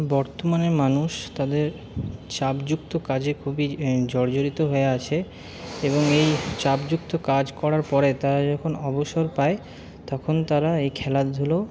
বর্তমানের মানুষ তাদের চাপযুক্ত কাজে খুবই জর্জরিত হয়ে আছে এবং এই চাপযুক্ত কাজ করার পরে তারা যখন অবসর পায় তখন তারা এই খেলাধুলো